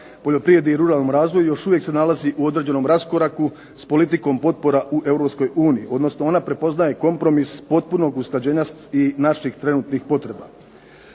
poljoprivredi i ruralnom razvoju još uvijek se nalazi u određenom raskoraku sa politikom potpora u Europskoj uniji, odnosno ona prepoznaje kompromis potpunog usklađenja i naših trenutnih potreba.